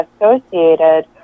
associated